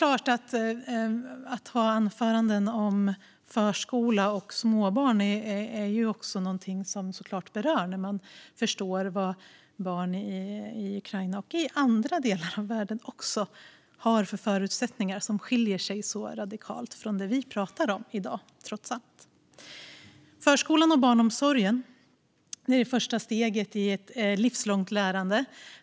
Att ha anföranden om förskolan och småbarn är såklart något som berör när man förstår vilka förutsättningar som barn i Ukraina och i andra delar av världen har, vilka trots allt skiljer sig radikalt från det som vi pratar om i dag. Förskolan och barnomsorgen är första steget i ett livslångt lärande.